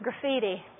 Graffiti